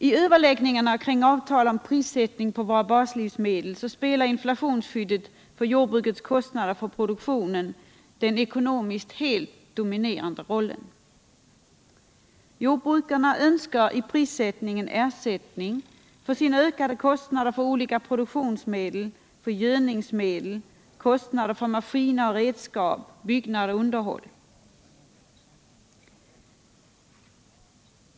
I överläggningarna kring avtal om prissättning på våra baslivsmedel spelar inflationsskyddet för jordbrukets kostnader för produktionen den ekonomiskt helt dominerande rollen. Jordbrukarna önskar i prissättningen ersättning för sina ökade kostnader för olika produktionsmedel, exempelvis gödningsmedel, maskiner och redskap samt byggnader och underhåll.